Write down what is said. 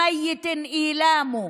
והוא משול למת שהפצעים אינם מכאיבים לו.)